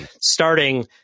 starting